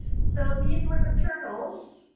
so these were the turtles,